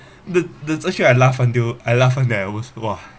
the chee song I laugh until I laugh then I almost !wah!